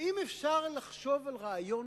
האם אפשר לחשוב על רעיון